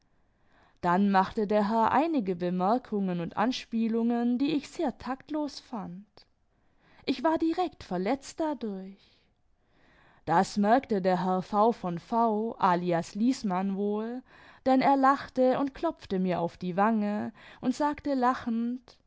dann machte der herr einige bemerkimgen und anspielungen die ich sehr taktlos fand ich war direkt verletzt dadurch das merkte der herr v v v alias liesmann wohl denn er lachte und klopfte mir auf die wange und sage lachend